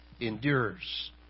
endures